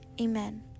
Amen